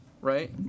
right